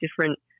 different